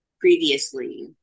previously